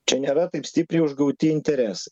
čia nėra taip stipriai užgauti interesai